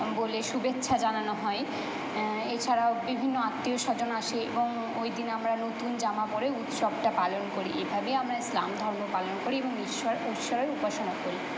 বলে শুভেচ্ছা জানানো হয় এছাড়াও বিভিন্ন আত্মীয় স্বজন আসে এবং ওই দিন আমরা নতুন জামা পরে উৎসবটা পালন করি এভাবেই আমরা ইসলাম ধর্ম পালন করি এবং ঈশ্বর ঈশ্বরের উপাসনা করি